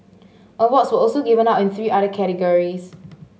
awards were also given out in three other categories